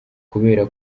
kubera